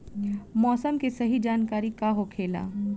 मौसम के सही जानकारी का होखेला?